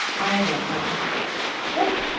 i don't know look!